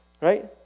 Right